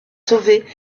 sauvée